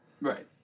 Right